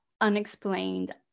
unexplained